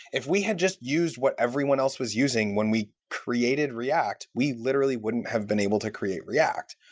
if we had just used what everyone else was using when we created react, we literally wouldn't have been able to create react.